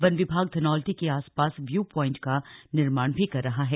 one विभाग धनौल्टी के आसपास व्यू प्वाइंट का निर्माण भी कर रहा है